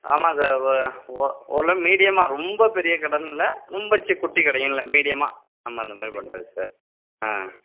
ஆமாம் சார் ஓரளவுக்கு மீடியமாக ரொம்ப பெரிய கடைனு இல்லை ரொம்ப சி குட்டி கடையும் இல்லை மீடியமாக நம்ம அந்த மாதிரி பண்ணுறோங்க சார்